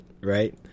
right